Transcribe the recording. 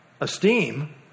esteem